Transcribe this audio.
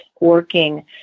working